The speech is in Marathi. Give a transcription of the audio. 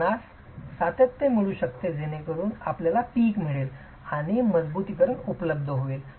आपणास सातत्य मिळू शकते जेणेकरून आपल्याला पीक मिळेल आणि मजबुतीकरण उपलब्ध होईल